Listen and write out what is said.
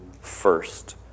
first